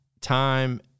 time